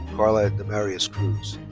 karla damaris cruz.